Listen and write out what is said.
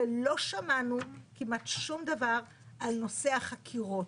לא שמענו כמעט שום דבר על נושא החקירות.